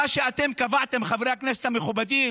במה שאתם קבעתם, חברי הכנסת המכובדים,